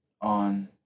On